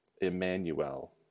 Emmanuel